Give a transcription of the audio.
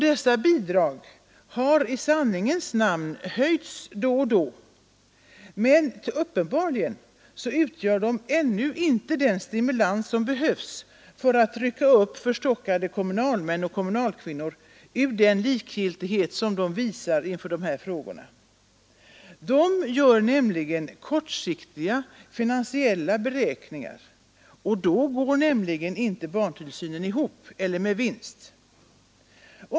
Dessa bidrag har i sanningens namn höjts av och till, men de utgör ju uppenbarligen ännu inte den stimulans som behövs för att rycka upp förstockade kommunalmän och kvinnor ur den likgiltighet som de visar inför dessa frågor. De gör nämligen kortsiktiga finansiella beräkningar, och då går inte barntillsynen med vinst.